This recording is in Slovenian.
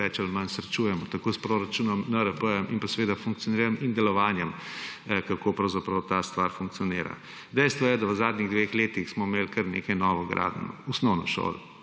več ali manj srečujemo tako s proračunom, NRP in pa seveda funkcioniranjem in delovanjem, kako pravzaprav ta stvar funkcionira. Dejstvo je, da v zadnjih dveh letih smo imeli kar nekaj novogradenj osnovnih šol,